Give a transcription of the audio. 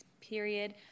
period